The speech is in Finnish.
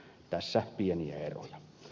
tässä pieniä eroja